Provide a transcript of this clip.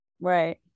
Right